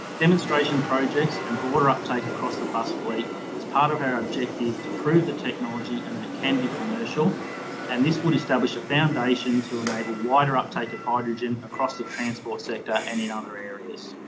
demonstration projects and broader uptake across the bus fleet is part of our objective to prove the technology and that it can be commercial and this would establish a foundation to enable wider uptake of hydrogen across the transport sector and in other areas.